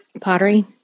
Pottery